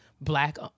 black